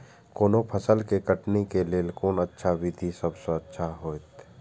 कोनो फसल के कटनी के लेल कोन अच्छा विधि सबसँ अच्छा होयत?